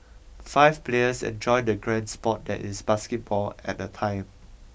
five players enjoy the grand sport that is basketball at a time